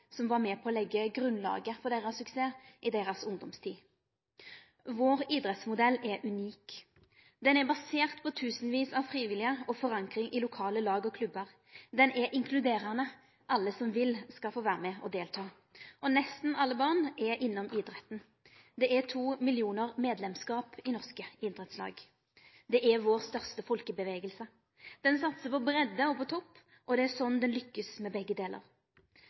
som var med på å leggje grunnlaget for suksessen deira i ungdomstida deira. Vår idrettsmodell er unik. Han er basert på tusenvis av frivillige og forankring i lokale lag og klubbar. Han er inkluderande. Alle som vil, skal få vere med og delta. Nesten alle barn er innom idretten. Det er to millionar medlemskap i norske idrettslag. Det er vår største folkebevegelse. Han satsar på breidde og på topp, og det er sånn han lukkast med begge delar.